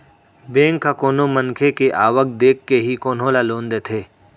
bank ह कोनो मनखे के आवक देखके ही कोनो ल लोन देथे